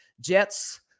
Jets